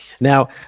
Now